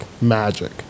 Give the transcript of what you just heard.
magic